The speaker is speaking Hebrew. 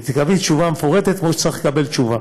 תקבלי תשובה מפורטת כמו שצריך לקבל תשובה.